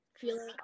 feeling